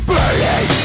Burning